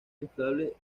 inflamable